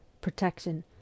protection